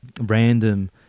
random